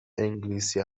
انگلیسی